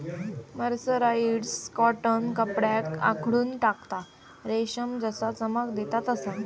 mercerised cotton कपड्याक आखडून टाकता, रेशम जसा चमक देता तसा